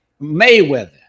Mayweather